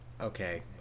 Okay